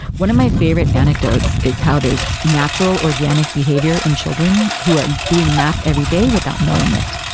one of my favorite anecdotes is how there's natural organic behavior in children who are doing math every day without knowing it.